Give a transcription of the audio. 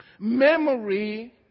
Memory